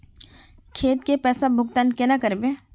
खेत के पैसा भुगतान केना करबे?